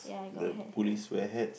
the police wear hats